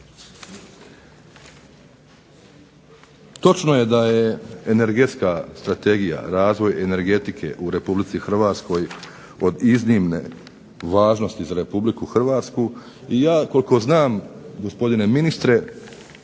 Točno je da je energetska strategija, razvoj energetike u Republici Hrvatskoj od iznimne važnosti za Republiku Hrvatsku i ja koliko znam, gospodine ministre,